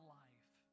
life